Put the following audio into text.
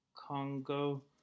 Congo